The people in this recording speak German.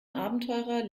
abenteurer